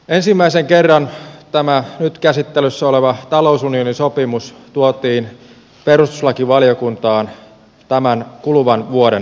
ensimmäisen kerran tämä nyt käsittelyssä oleva talousunionisopimus tuotiin perustuslakivaliokuntaan tämän kuluvan vuoden alussa